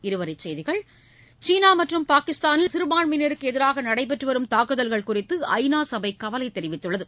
இருவரி செய்திகள் சீனா மற்றும் பாகிஸ்தானில் சிறுபான்மையினருக்கு எதிராக நடைபெற்று வரும் தாக்குதல்கள் குறித்து ஐ நா சபை கவலை தெரிவித்துள்ளது